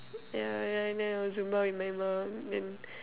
yeah yeah and then I'll Zumba with my mum then